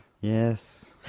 Yes